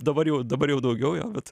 dabar jau dabar jau daugiau jo bet